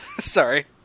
Sorry